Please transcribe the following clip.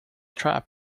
trap